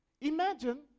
Imagine